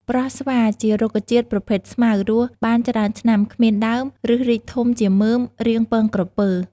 ប្រស់ស្វាជារុក្ខជាតិប្រភេទស្មៅ រស់បានច្រើនឆ្នាំ គ្មានដើម ឫសរីកធំជាមើម រាងពងក្រពើ។